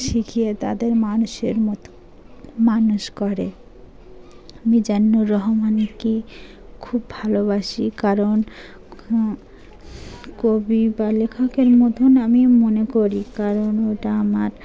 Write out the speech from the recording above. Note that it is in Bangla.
শিখিয়ে তাদের মানুষের মতো মানুষ করে আমি মিজানুর রহমানকে খুব ভালোবাসি কারণ কবি বা লেখকের মতন আমি মনে করি কারণ ওটা আমার